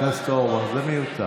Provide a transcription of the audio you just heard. חבר הכנסת אורבך, זה מיותר.